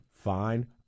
Fine